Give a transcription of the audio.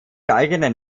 eigenen